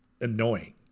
annoying